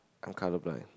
I'm colour blind